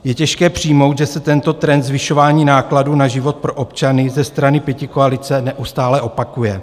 Je těžké přijmout, že se tento trend zvyšování nákladů na život pro občany ze strany pětikoalice neustále opakuje.